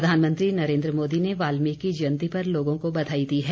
प्रधानमंत्री नरेन्द्र मोदी ने वाल्मीकि जयंती पर लोगों को बधाई दी है